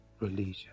religion